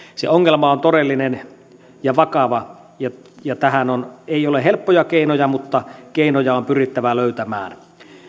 se ongelma on todellinen ja vakava ja tähän ei ole helppoja keinoja mutta keinoja on pyrittävä löytämään